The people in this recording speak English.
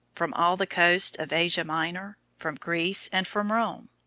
from all the coasts of asia minor, from greece, and from rome.